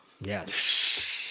Yes